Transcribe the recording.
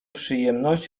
przyjemność